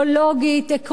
עקרונית,